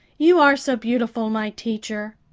you are so beautiful, my teacher.